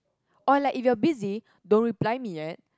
or like if you're busy don't reply me yet